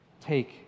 Take